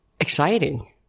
Exciting